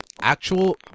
actual